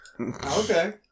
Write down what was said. Okay